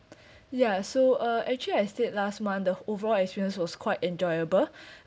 ya so uh actually I stayed last month the overall experience was quite enjoyable